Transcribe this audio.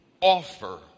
offer